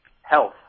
health